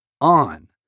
on